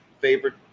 favorite